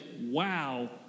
Wow